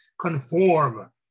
conform